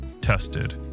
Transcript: tested